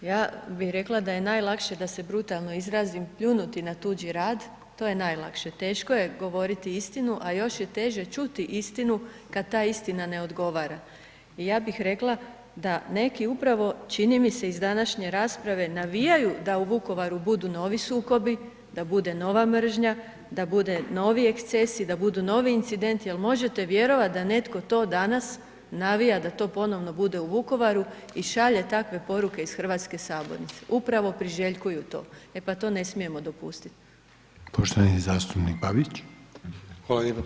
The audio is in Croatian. Ja bi rekla da je najlakše da se brutalno izrazim pljunuti na tuđi rad, to je najlakše, teško je govoriti istinu, a još je teže čuti istinu kad ta istina ne odgovara i ja bih rekla da neki upravo čini mi se iz današnje rasprave navijaju da u Vukovaru budu novi sukobi, da bude nova mržnja, da bude novi ekscesi, da budu novi incidenti, jel možete vjerovat da netko to danas navija da to ponovno bude u Vukovaru i šalje takve poruke iz hrvatske sabornice, upravo priželjkuju to, e pa to ne smijemo dopustit.